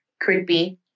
creepy